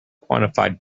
quantified